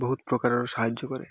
ବହୁତ ପ୍ରକାରର ସାହାଯ୍ୟ କରେ